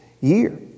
year